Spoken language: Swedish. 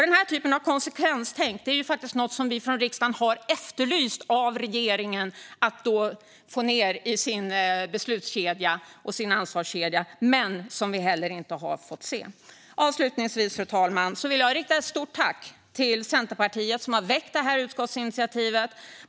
Den här typen av konsekvenstänk är ju någonting som vi från riksdagen har efterlyst att regeringen ska få med i sin besluts och ansvarskedja. Det har vi dock inte fått se. Avslutningsvis, fru talman, vill jag rikta ett stort tack till Centerpartiet, som har väckt detta utskottsinitiativ.